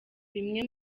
bimwe